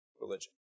religion